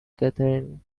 catherine